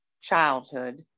childhood